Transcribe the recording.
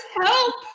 help